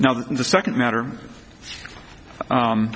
now the second matter